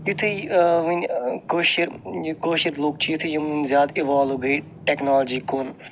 یُتھے ونہ کٲشِر کٲشِر لُکھ چھِ یُتھے یِم زیاد اِوالو گے ٹیٚکنالجی کُن